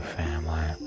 family